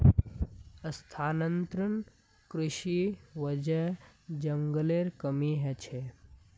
स्थानांतरण कृशिर वजह जंगलेर कमी ह छेक